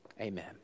Amen